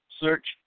search